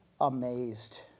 amazed